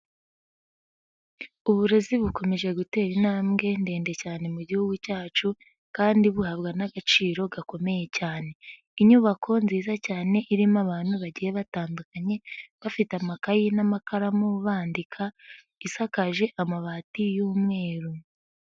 Uburezi bukomeje gutera intambwe ndende cyane mu gihugu cyacu kandi buhabwa n'agaciro gakomeye cyane. Inyubako nziza cyane irimo abantu bagiye batandukanye, bafite amakayi n'amakaramu bandika, isakaje amabati y'umweru.